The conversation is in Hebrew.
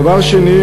דבר שני,